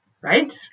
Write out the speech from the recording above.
right